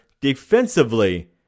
defensively